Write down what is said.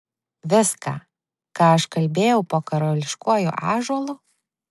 viską ką aš kalbėjau po karališkuoju ąžuolu